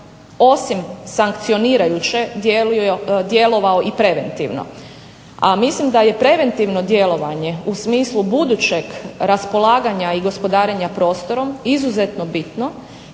osim sankcionirajuće djelovao i preventivno, a mislim da je preventivno djelovanje u smislu budućeg raspolaganja i gospodarenja prostorom izuzetno bitno